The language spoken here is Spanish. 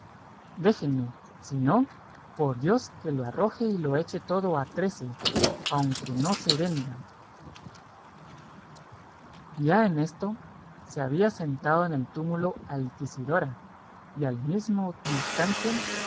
déjenme si no por dios que lo arroje y lo eche todo a trece aunque no se venda ya en esto se había sentado en el túmulo altisidora y al mismo instante